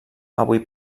avui